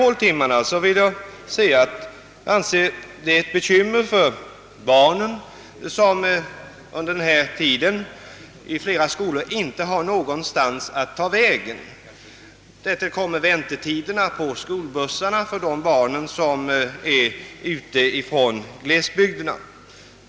Håltimmarna är ett bekymmer för barnen själva, som under denna tid i flera skolor inte har någonstans att ta vägen. Därtill kommer väntetiderna på skolbussarna för de barn som bor på landsbygden.